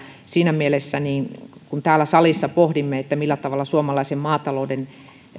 siinä mielessä on tärkeää että täällä salissa pohdimme millä tavalla suomalaisen maatalouden